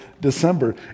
December